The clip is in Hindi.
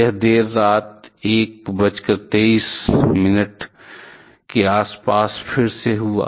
यह देर रात 123 बजे के आसपास फिर से हुआ